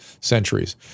centuries